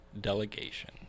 delegation